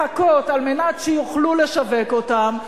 מחכות על מנת שיוכלו לשווק אותן.